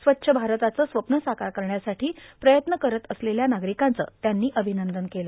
स्वच्छ भारताचं स्वप्न साकार करण्यासाठो प्रयत्न करत असलेल्या नार्गारकांचं त्यांनी र्आभनंदन केलं